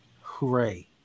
Hooray